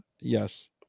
Yes